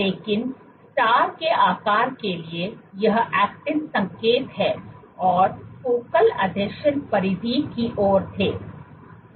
लेकिन स्टार के आकार के लिए यह एक्टिन संकेत है और फोकल आसंजन परिधि की ओर थे